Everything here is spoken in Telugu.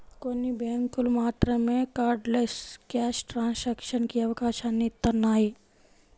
కొన్ని బ్యేంకులు మాత్రమే కార్డ్లెస్ క్యాష్ ట్రాన్సాక్షన్స్ కి అవకాశాన్ని ఇత్తన్నాయి